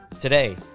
Today